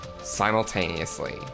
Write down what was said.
simultaneously